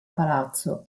palazzo